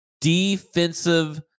Defensive